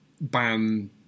ban